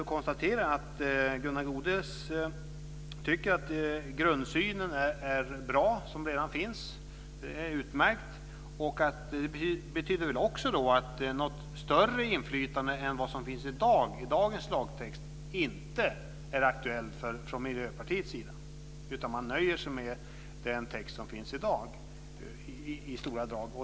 Jag konstaterar att Gunnar Goude tycker att den grundsyn som redan finns är bra. Det är utmärkt. Det betyder väl också att något större inflytande än vad som finns i dagens lagtext inte är aktuellt för Miljöpartiet. Man nöjer sig alltså med den text som finns i dag, i stora drag.